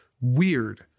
weird